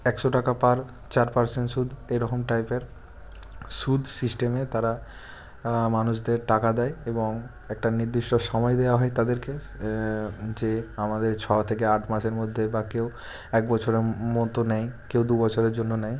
একশো টাকা পার চার পারসেন্ট সুদ এরকম টাইপের সুদ সিস্টেমে তারা মানুষদের টাকা দেয় এবং একটা নির্দিষ্ট সময় দেওয়া হয় তাদেরকে যে আমাদের ছ থেকে আট মাসের মধ্যে বা কেউ এক বছরের মতো নেয় কেউ দুবছরের জন্য নেয়